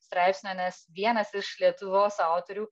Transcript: straipsnio nes vienas iš lietuvos autorių